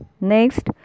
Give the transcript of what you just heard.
Next